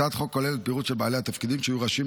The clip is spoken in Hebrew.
הצעת החוק כוללת פירוט של בעלי התפקידים שיהיו רשאים